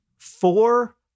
Four